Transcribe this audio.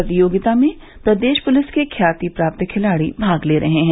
प्रतियोगिता में प्रदेश पुलिस के ख्याति प्राप्त खिलाड़ी भाग ले रहे हैं